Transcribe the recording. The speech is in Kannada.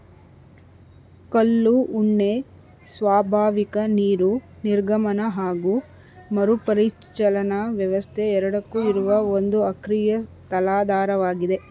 ಕಲ್ಲು ಉಣ್ಣೆ ಸ್ವಾಭಾವಿಕ ನೀರು ನಿರ್ಗಮನ ಹಾಗು ಮರುಪರಿಚಲನಾ ವ್ಯವಸ್ಥೆ ಎರಡಕ್ಕೂ ಇರುವ ಒಂದು ಅಕ್ರಿಯ ತಲಾಧಾರವಾಗಿದೆ